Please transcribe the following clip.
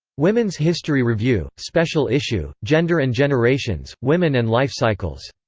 women's history review, special issue gender and generations women and life cycles.